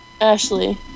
Ashley